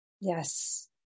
Yes